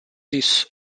these